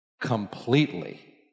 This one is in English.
completely